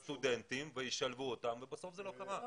בסטודנטים, וישלבו אותם, ובסוף זה לא קרה.